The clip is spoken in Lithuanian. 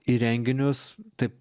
į renginius tai